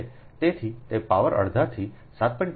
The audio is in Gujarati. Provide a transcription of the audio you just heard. તેથી તે પાવર અડધાથી 7